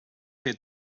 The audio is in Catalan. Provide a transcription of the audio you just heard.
fer